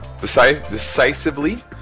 decisively